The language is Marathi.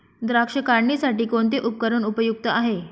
द्राक्ष काढणीसाठी कोणते उपकरण उपयुक्त आहे?